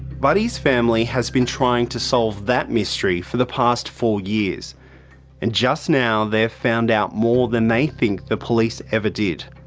buddy's family has been trying to solve that mystery for the past four years and just now they've found out more than they think the police ever did.